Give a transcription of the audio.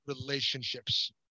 relationships